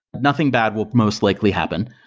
nothing bad will most likely happen.